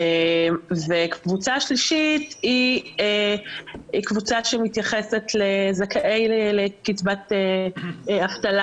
קבוצה שלישית היא קבוצה שמתייחסת לזכאי קצבת אבטלה